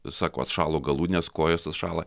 sako atšalo galūnės kojos atšąla